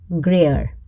grayer